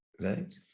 right